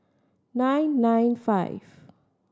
nine nine five